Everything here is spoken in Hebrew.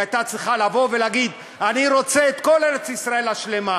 היא הייתה צריכה להגיד: אני רוצה את כל ארץ-ישראל השלמה,